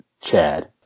Chad